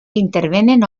intervenen